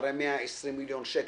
אחרי 120 מיליון שקל,